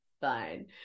fine